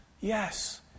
Yes